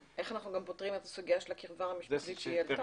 איך אנחנו פותרים גם את הסוגיה של הקרבה המשפחתית שהיא העלתה?